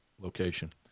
location